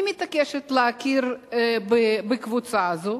מתעקשת לא להכיר בקבוצה הזאת.